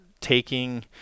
taking